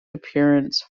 appearance